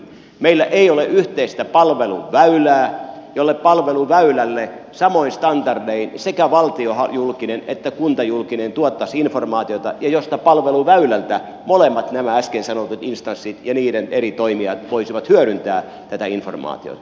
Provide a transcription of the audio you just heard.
meillä ei ole yhteistä palveluväylää jolle samoin standardein sekä valtiojulkinen että kuntajulkinen tuottaisi informaatiota ja josta molemmat nämä äsken sanotut instanssit ja niiden eri toimijat voisivat hyödyntää tätä informaatiota